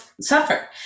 suffer